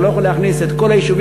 אתה לא יכול להכניס את כל היישובים,